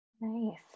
Nice